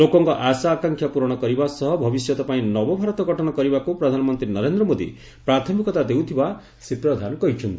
ଲୋକଙ୍କ ଆଶା ଆକାଂକ୍ଷା ପ୍ରରଣ କରିବା ସହ ଭବିଷ୍ୟତ ପାଇଁ ନବଭାରତ ଗଠନ କରିବାକୁ ପ୍ରଧାନମନ୍ତ୍ରୀ ନରେନ୍ଦ୍ର ମୋଦି ପ୍ରାଥମିକତା ଦେଉଥିବା ଶ୍ରୀ ପ୍ରଧାନ କହିଛନ୍ତି